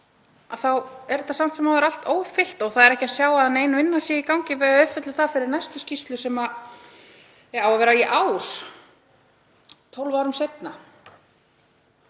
þá er þetta samt sem áður allt óuppfyllt. Það er ekki að sjá að nein vinna sé í gangi við að uppfylla það fyrir næstu skýrslu sem á að vera í ár, 12 árum